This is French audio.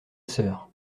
sœur